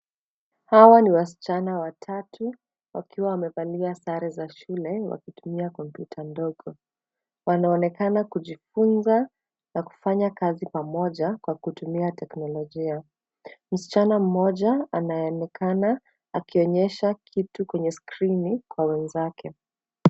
Hawa ni wasichana watatu wakiwa wamevalia sare za shule wakitumia komputa ndogo. Wanaonekana kujifunza na kufanya kazi pamoja kwa kutumia teknolojia. Msichana mmoja anaonekana akionyesha kitu kwenye skrini kwa wenzake.